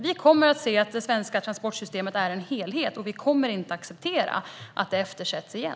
Vi kommer att se att det svenska transportsystemet är en helhet, och vi kommer inte att acceptera att det blir eftersatt igen.